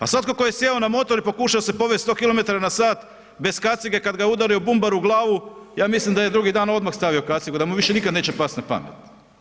A svatko tko je sjeo na motor i pokušao se povesti 100km na sat bez kacige kada ga je udario bumbar u glavu ja mislim da je drugi dan odmah stavio kacigu da mu više nikad neće pasti na pamet.